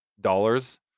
dollars